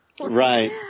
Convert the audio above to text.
Right